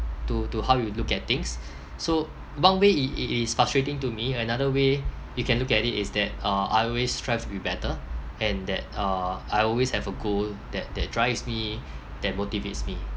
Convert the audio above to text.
to to how you look at things so one way it it is frustrating to me another way you can look at it is that uh I always strive to be better and that uh I always have a goal that that drives me that motivates me